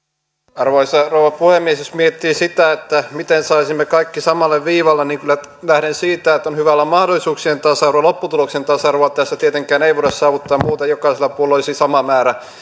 arvoisa rouva puhemies jos miettii sitä miten saisimme kaikki samalle viivalle niin kyllä lähden siitä että on hyvä olla mahdollisuuksien tasa arvo lopputuloksen tasa arvoa tässä tietenkään ei voida saavuttaa muuten jokaisella puolueella olisi sama määrä